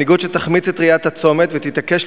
מנהיגות שתחמיץ את ראיית הצומת ותתעקש